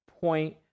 point